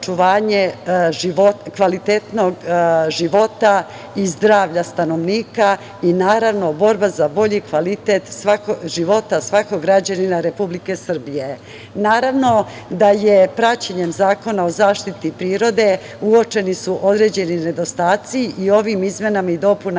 kvalitetnog života i zdravlja stanovnika i naravno borba za bolji kvalitet života svakog građanina Republike Srbije. Naravno, da je praćenjem Zakona o zaštiti prirode, uočeni su određeni nedostaci i ovim izmenama i dopunama